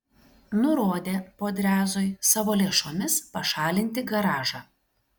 nurodė podrezui savo lėšomis pašalinti garažą